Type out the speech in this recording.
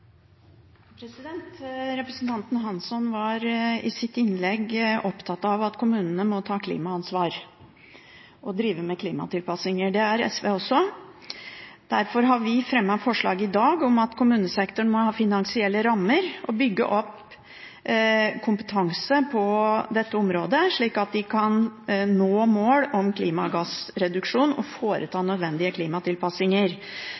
Representanten Hansson var i sitt innlegg opptatt av at kommunene må ta klimaansvar og drive med klimatilpassinger. Det er SV også. Derfor har vi fremmet forslag i dag om at kommunesektoren må ha finansielle rammer og bygge opp kompetanse på dette området, slik at de kan nå mål om klimagassreduksjoner og